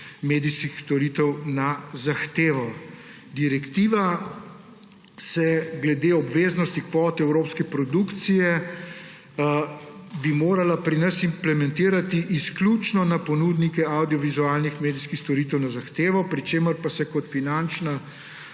medijskih storitev na zahtevo. Direktiva bi se glede obveznosti kvot evropske produkcije morala pri nas implementirati izključno na ponudnike avdiovizualnih medijskih storitev na zahtevo, pri čemer pa se kot finančna